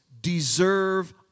deserve